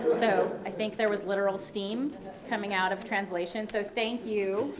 so i think there was literal steam coming out of translation so thank you